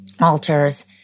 altars